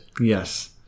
Yes